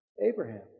Abraham